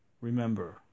remember